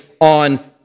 on